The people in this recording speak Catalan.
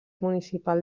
municipal